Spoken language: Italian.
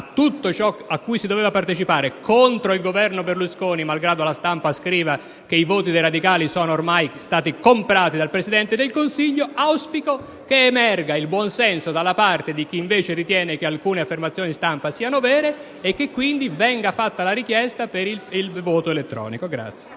tutto ciò a cui si doveva prendere parte contro il Governo Berlusconi (malgrado la stampa scriva che i voti dei radicali sono ormai stati comprati dal Presidente del Consiglio), auspico che emerga il buon senso dalla parte di chi invece ritiene che alcune affermazioni stampa siano vere e - quindi - che venga fatta la richiesta di voto elettronico.